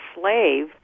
slave